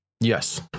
Yes